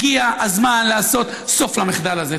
הגיע הזמן לעשות סוף למחדל הזה.